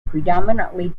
predominantly